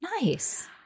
Nice